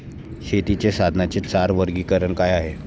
शेतीच्या साधनांचे चार वर्गीकरण काय आहे?